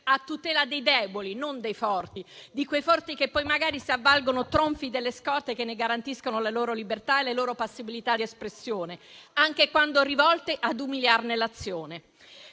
a tutela dei deboli, non dei forti (di quei forti che poi magari si avvalgono, tronfi, di scorte che ne garantiscono la libertà e la possibilità di espressione, anche quando rivolte ad umiliarne l'azione).